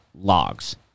Logs